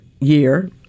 year